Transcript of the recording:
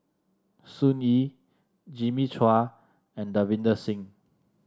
Sun Yee Jimmy Chua and Davinder Singh